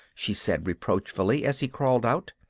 she said reproachfully, as he crawled out.